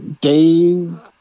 Dave